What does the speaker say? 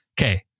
Okay